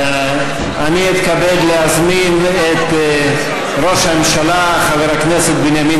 ואני אתכבד להזמין את ראש הממשלה חבר הכנסת בנימין